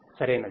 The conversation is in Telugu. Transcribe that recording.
సరఇనధి